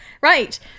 Right